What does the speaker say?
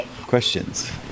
questions